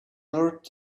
earth